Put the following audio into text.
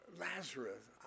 Lazarus